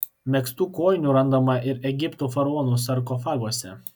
megztų kojinių randama ir egipto faraonų sarkofaguose